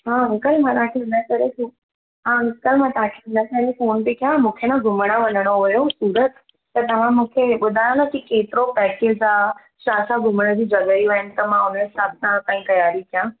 हा अंकल मां तव्हांखे हुनजे करे फ़ो हा अंकल मां तव्हांखे हिन करे फ़ोन पेई कयां मूंखे न घुमणु वञिणो हुयो सूरत त तव्हां मूंखे ॿुधायो न की केतिरो पैकेज आहे छा छा घुमण जी जॻहियूं आहिनि त मां हुन हिसाबु सां हुतां ई तयारी कया